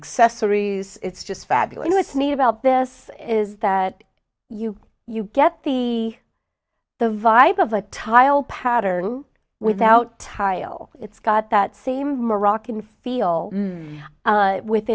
accessories it's just fabulous neat about this is that you you get the the vibe of a tile pattern without tile it's got that same moroccan feel with